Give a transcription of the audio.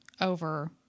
over